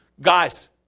guys